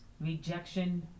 rejection